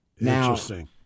Interesting